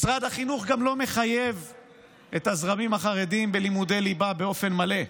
משרד החינוך גם לא מחייב את הזרמים החרדיים בלימודי ליבה באופן מלא.